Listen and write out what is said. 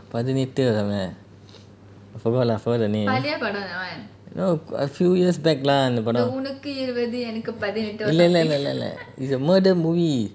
பதினெட்டு:pathinettu forgot lah forgot the name no a few years back lah அந்த படம்:antha padam it's a murder movie